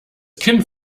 kind